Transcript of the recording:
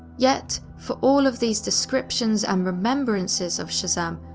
yet, for all of these descriptions and remembrances of shazam,